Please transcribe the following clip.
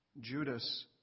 Judas